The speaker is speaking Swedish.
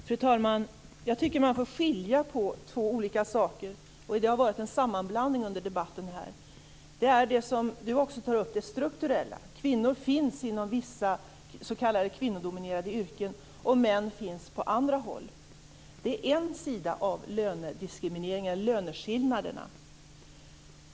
Fru talman! Jag tycker att man får skilja på två olika saker. Det har varit en sammanblandning under debatten. Det gäller även det som Henrik Westman tar upp, nämligen det strukturella. Kvinnor finns inom vissa s.k. kvinnodominerade yrken, och män finns på andra håll. Det är en sida av löneskillnaderna.